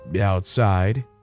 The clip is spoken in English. outside